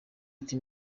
ati